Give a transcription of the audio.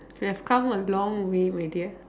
we have come a long way my dear